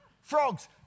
Frogs